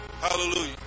Hallelujah